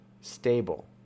Stable